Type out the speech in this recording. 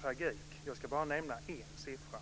tragik. Jag ska bara nämna en siffra.